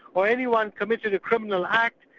or anyone committed a criminal act,